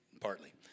Partly